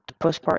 postpartum